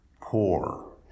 poor